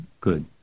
Good